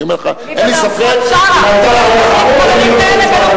אני אומר לך, אין לי ספק, כמו בשארה.